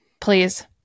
Please